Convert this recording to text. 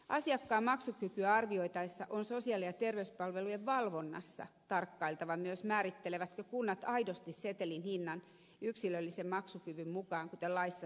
asiakkaan maksukykyä arvioitaessa on sosiaali ja terveyspalvelujen valvonnassa tarkkailtava myös määrittelevätkö kunnat aidosti setelin hinnan yksilöllisen maksukyvyn mukaan kuten laissa sanotaan